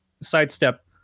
sidestep